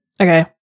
okay